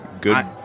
Good